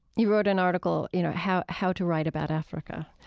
you wrote an article, you know how how to write about africa,